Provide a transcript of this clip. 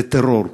זה טרור.